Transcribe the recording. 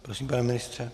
Prosím, pane ministře.